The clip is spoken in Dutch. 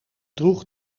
droeg